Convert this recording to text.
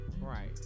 right